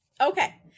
okay